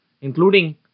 including